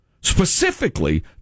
specifically